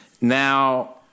Now